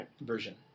version